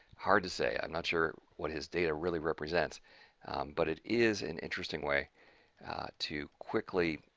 hard to say. i'm not sure what his data really represents but it is an interesting way to quickly,